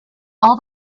all